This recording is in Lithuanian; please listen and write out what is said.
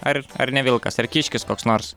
ar ar ne vilkas ar kiškis koks nors